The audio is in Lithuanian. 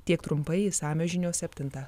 tiek trumpai išsamios žinios septintą